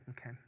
Okay